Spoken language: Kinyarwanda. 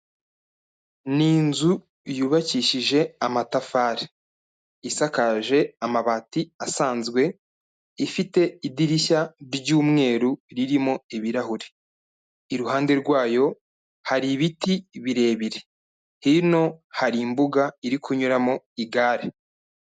Ni inzu yubakishije amatafari isakaje amabati asanzwe ifite idirishya ry'umweru ririmo ibirahure iruhande rwayo hari ibiti birebire hino hari imbuga iri kunyuramo igare.